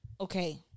Okay